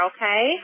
Okay